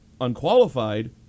unqualified